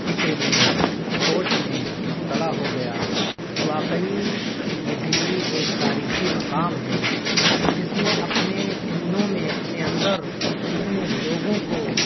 فکر میں سوچ میں مبتلا ہو گیا کہ واقعی یہ دلّی ایک تاریخی مقام ہے جس نے اپنے سینوں میں اپنے اندر اتنے لوگوں کو